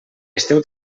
esteu